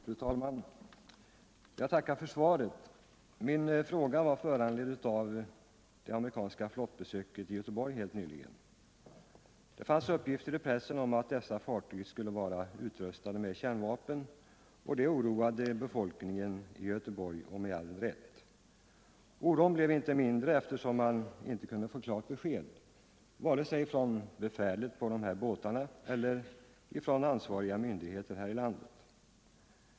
Fru talman! Jag tackar för svaret. Min fråga är föranledd av det amerikanska flottbesöket i Göteborg helt nyligen. Det fanns uppgifter i pressen om att fartygen skulle vara utrustade med kärnvapen, och det oroade — med all rätt — befolkningen i Göteborg. Oron blev inte mindre då man inte kunde få ett klart besked, vare sig från befälet på båtarna eller från ansvariga myndigheter här i landet.